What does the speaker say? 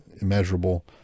immeasurable